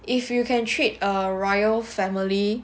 if you can treat a royal family